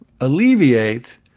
alleviate